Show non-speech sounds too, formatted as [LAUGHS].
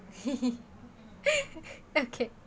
[LAUGHS] okay